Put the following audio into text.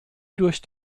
durch